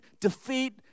defeat